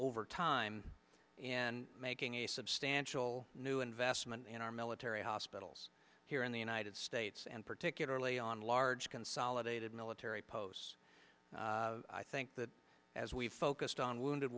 over time and making a substantial new investment in our military hospitals here in the united states and particular early on large consolidated military posts i think that as we've focused on wounded